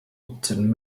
wilton